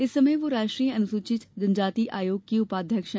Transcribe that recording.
इस समय वह राष्ट्रीय अनुसूचित जनजाति आयोग की उपाध्यक्ष हैं